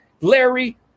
Larry